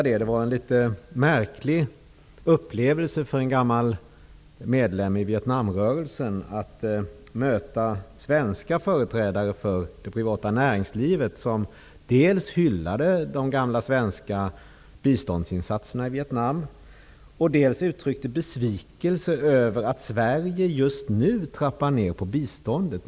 Det var en litet märklig upplevelse för en gammal medlem i Vietnamrörelsen, att möta svenska företrädare för det privata näringslivet som dels hyllade de gamla svenska biståndsinsatserna i Vietnam, dels uttryckte besvikelse över att Sverige just nu trappar ner på biståndet.